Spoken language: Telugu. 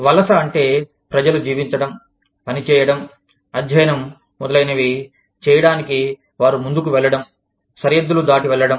వలస అంటే ప్రజలు జీవించడం పని చేయడం అధ్యయనం మొదలైనవి చేయడానికి వారు ముందుకు వెళ్ళడం సరిహద్దులు దాటి వెళ్లడం